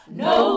no